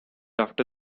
after